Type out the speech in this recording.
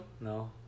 No